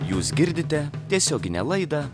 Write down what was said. jūs girdite tiesioginę laidą